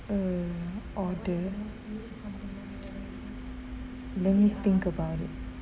err oddest let me think about it